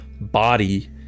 body